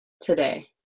today